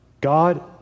God